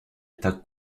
attaque